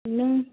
नों